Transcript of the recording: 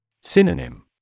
Synonym